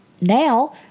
now